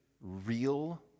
real